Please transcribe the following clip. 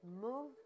move